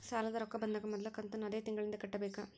ಸಾಲದ ರೊಕ್ಕ ಬಂದಾಗ ಮೊದಲ ಕಂತನ್ನು ಅದೇ ತಿಂಗಳಿಂದ ಕಟ್ಟಬೇಕಾ?